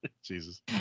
Jesus